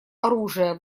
оружия